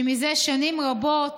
שזה שנים רבות